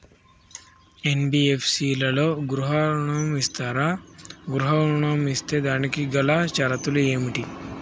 NBFC లలో గృహ ఋణం ఇస్తరా? గృహ ఋణం ఇస్తే దానికి గల షరతులు ఏమిటి?